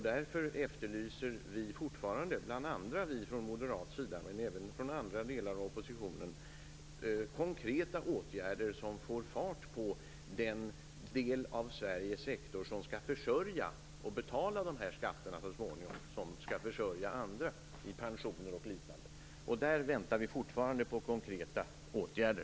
Därför efterlyser bl.a. vi från moderat sida, men även från andra delar av oppositionen, fortfarande konkreta åtgärder, som får fart på den sektor i Sverige som så småningom skall betala de skatter som skall försörja andra i pensioner och liknande. Där väntar vi fortfarande på konkreta åtgärder.